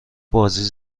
بازی